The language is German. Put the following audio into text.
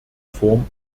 form